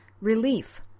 relief